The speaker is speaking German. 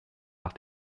nach